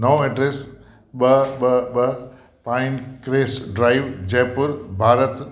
नओं एड्रेस ॿ ॿ ॿ Pine Crest Drive Jaipur Bharat